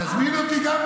תזמין גם אותי.